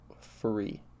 free